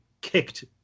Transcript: kicked